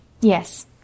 Yes